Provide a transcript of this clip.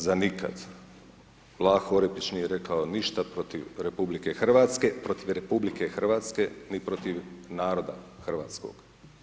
Nikad za nikad Vlaho Orepić nije rekao ništa protiv RH, protiv RH ni protiv naroda hrvatskog.